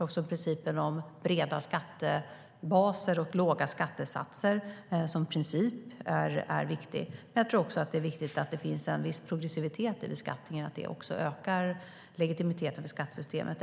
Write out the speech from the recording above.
Jag tror att breda skattebaser och låga skattesatser som princip är viktigt men också att en viss progressivitet i beskattningen ökar legitimiteten för skattesystemet.